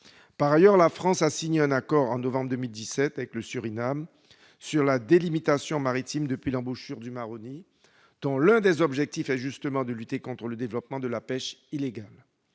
Par ailleurs, la France a signé un accord en novembre 2017 avec le Surinam sur la délimitation maritime depuis l'embouchure du Maroni, dont l'un des objectifs est justement de lutter contre le développement de la pêche illégale.